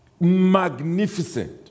magnificent